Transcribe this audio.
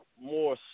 more